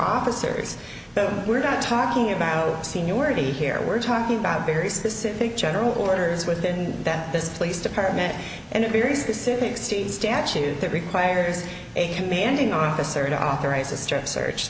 officers but we're not talking about seniority here we're talking about very specific general orders within that this place department and a very specific state statute that requires a commanding officer to authorize a strip search